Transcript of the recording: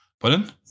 Pardon